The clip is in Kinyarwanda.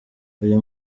uyu